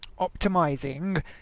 optimizing